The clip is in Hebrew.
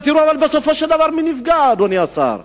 תראו בסופו של דבר מי נפגע, אדוני השר.